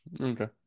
Okay